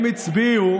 הם הצביעו